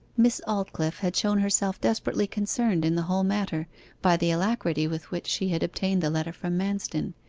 miss aldclyffe had shown herself desperately concerned in the whole matter by the alacrity with which she had obtained the letter from manston,